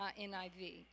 NIV